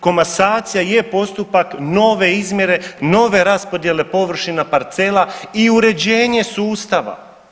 Komasacija je postupak nove izmjere, nove raspodjele površina parcela i uređenje sustava.